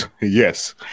Yes